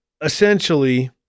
essentially